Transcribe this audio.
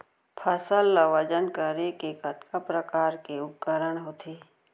फसल ला वजन करे के कतका प्रकार के उपकरण होथे?